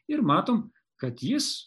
ir matom kad jis